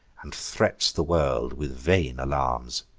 and threats the world with vain alarms.